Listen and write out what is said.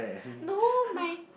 no my